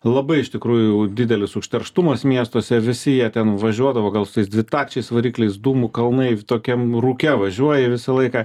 labai iš tikrųjų didelis užterštumas miestuose visi jie ten važiuodavo gal su tais dvitakčiais varikliais dūmų kalnai tokiam rūke važiuoja visą laiką